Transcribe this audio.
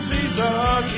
Jesus